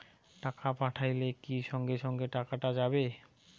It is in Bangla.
টাকা পাঠাইলে কি সঙ্গে সঙ্গে টাকাটা যাবে?